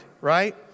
Right